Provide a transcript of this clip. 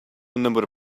number